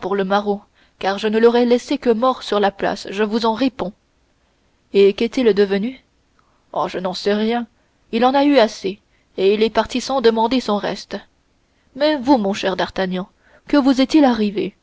pour le maraud car je ne l'aurais laissé que mort sur la place je vous en réponds et qu'est-il devenu oh je n'en sais rien il en a eu assez et il est parti sans demander son reste mais vous mon cher d'artagnan que vous estil arrivé